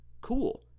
cool